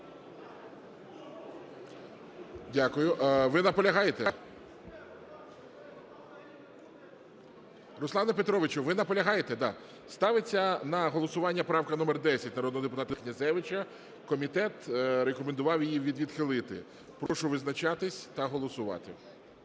Дякую. Ви наполягаєте? Руслане Петровичу, ви наполягаєте? Ставиться на голосування правка номер 10 народного депутата Князевича. Комітет рекомендував її відхилити. Прошу визначатись та голосувати.